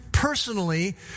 personally